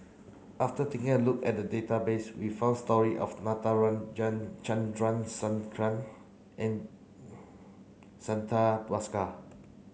after taking a look at database we found story of Natarajan Chandrasekaran and Santha Bhaskar